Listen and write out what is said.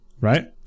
right